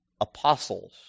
apostles